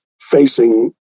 facing